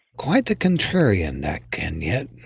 quite the contrarian, that kenyette.